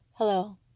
Hello